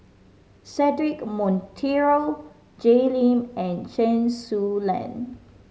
Cedric Monteiro Jay Lim and Chen Su Lan